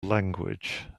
language